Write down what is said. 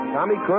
Tommy